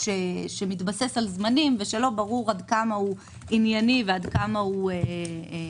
חדש שמתבסס על זמנים ושלא ברור עד כמה הוא ענייני ועד כמה הוא מתאים.